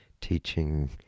teaching